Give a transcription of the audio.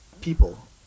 people